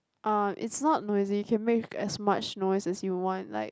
uh it's not noisy you can make as much noise as you want like